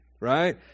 right